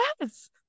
yes